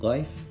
Life